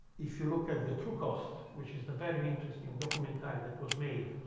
if you look at the true cost, which is the very interesting documentary that was made